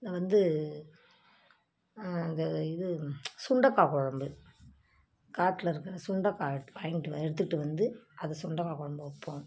இதை வந்து க இது சுண்டக்காய் குழம்பு காட்டில் இருக்கிற சுண்டக்காய் எடுத் வாங்கிட்டு வ எடுத்துகிட்டு வந்து அதை சுண்டக்காய் குழம்பு வைப்போம்